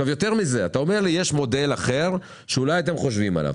אתה אומר לי שיש מודל אחר שאולי אתם חושבים עליו,